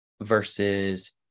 versus